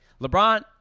LeBron